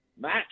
match